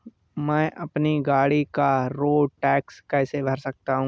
मैं अपनी गाड़ी का रोड टैक्स कैसे भर सकता हूँ?